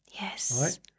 Yes